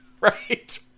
right